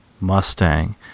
Mustang